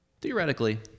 Theoretically